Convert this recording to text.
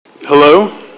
Hello